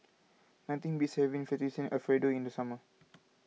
nothing beats having Fettuccine Alfredo in the summer